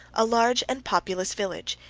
a large and populous village,